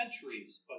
centuries